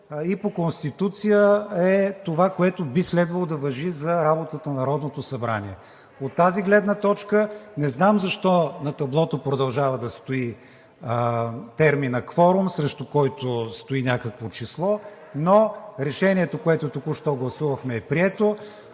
по Конституция би следвало да важи за работата на Народното събрание. От тази гледна точка не знам защо на таблото продължава да стои терминът кворум, срещу който стои някакво число, но решението, което току-що гласувахме, е прието.